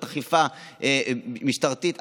שזה יכול להיות אכיפה משטרתית.